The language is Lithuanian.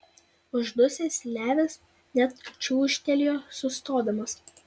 uždusęs levis net čiūžtelėjo sustodamas